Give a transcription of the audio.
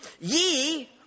Ye